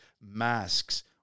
masks